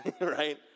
Right